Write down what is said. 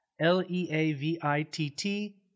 L-E-A-V-I-T-T